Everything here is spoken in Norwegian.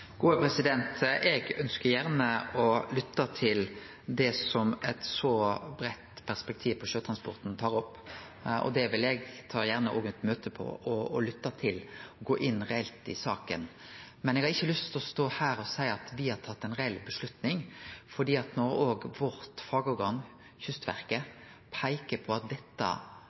Eg ønskjer gjerne å lytte til det som dei med eit så breitt perspektiv på sjøtransporten, tar opp. Eg tar gjerne eit møte om det, lyttar og går reelt inn i saka, men eg har ikkje lyst til å stå her og seie at me har tatt ei reell avgjerd. Når vårt fagorgan Kystverket peiker på at det å innføre dette